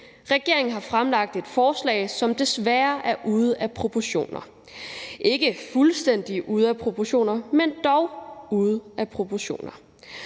Regeringen har fremsat et forslag, som desværre er ude af proportioner. Det er ikke fuldstændig ude af proportioner, men dog ude af proportioner